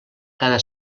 cada